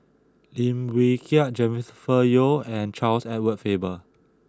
Lim Wee Kiak Jennifer Yeo and Charles Edward Faber